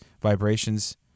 vibrations